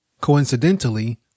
Coincidentally